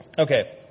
Okay